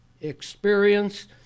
experience